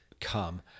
come